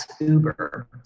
Uber